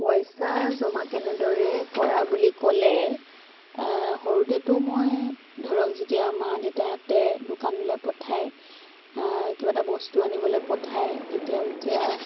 পইচা জমা কেনেদৰে কৰা বুলি ক'লে সৰুতেতো মই ধৰক যেতিয়া মা দেউতাহঁতে দোকানলৈ পঠায় কিবা এটা বস্তু আনিবলৈ পঠায় তেতিয়া যেতিয়া